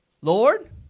Lord